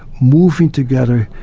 moving together,